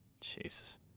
Jesus